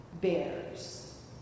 bears